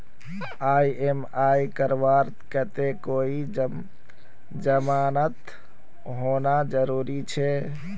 EMI करवार केते कोई जमानत होना जरूरी छे?